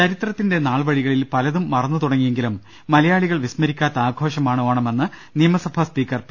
ചരിത്രത്തിന്റെ നാൾവഴികളിൽ പലതും മറന്നു തുടങ്ങിയെങ്കിലും മലയാളികൾ വിസ്മരിക്കാത്ത ആഘോഷമാണ് ഓണമെന്ന് നിയമസഭാ സ്പീക്കർ പി